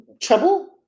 trouble